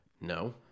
No